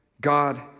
God